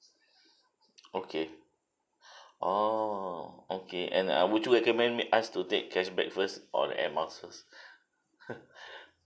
okay orh okay and uh would you recommend m~ us to take cashback first or the air miles first